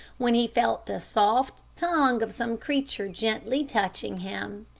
when he felt the soft tongue of some creature gently touching him.